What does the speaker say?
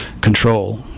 control